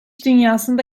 dünyasında